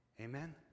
Amen